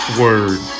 word